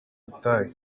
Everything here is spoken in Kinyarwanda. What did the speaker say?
butayu